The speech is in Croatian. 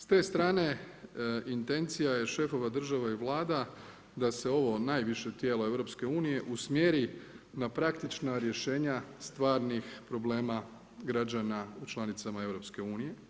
S te strane intencija je šefova država i Vlada da se ovo najviše tijelo EU usmjeri na praktična rješenja stvarnih rješenja građana u članicama EU.